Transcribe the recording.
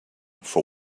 for